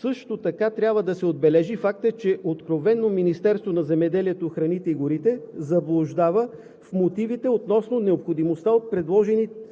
Също така трябва да се отбележи фактът, че откровено Министерството на земеделието, храните и горите заблуждава в мотивите относно необходимостта от предложените промени,